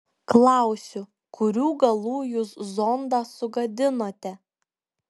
klausiu kurių galų jūs zondą sugadinote